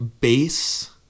base